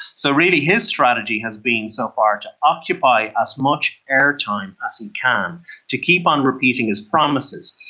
so really his strategy has been so far to occupy as much airtime as he can to keep on repeating his promises.